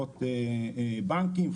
בנקים,